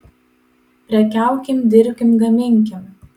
prekiaukim dirbkim gaminkim